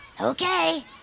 Okay